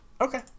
Okay